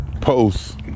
posts